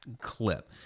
clip